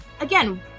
again